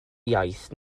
iaith